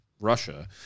Russia